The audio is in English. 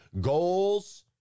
Goals